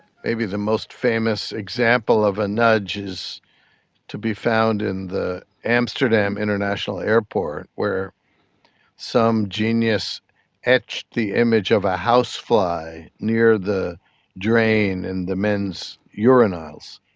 maybe the most famous example of a nudge is to be found in the amsterdam international airport where some genius etched the image of a house fly near the drain in the men's urinals.